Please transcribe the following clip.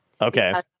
okay